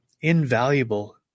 invaluable